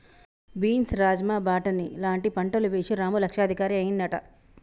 beans రాజ్మా బాటని లాంటి పంటలు వేశి రాము లక్షాధికారి అయ్యిండట